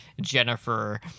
Jennifer